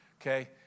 okay